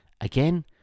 Again